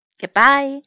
Goodbye